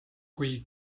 kui